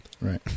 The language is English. right